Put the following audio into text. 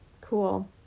Cool